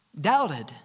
doubted